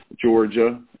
Georgia